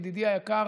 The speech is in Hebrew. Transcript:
ידידי היקר,